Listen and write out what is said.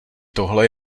tohle